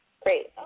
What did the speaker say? Great